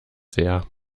sehr